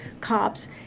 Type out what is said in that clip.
cops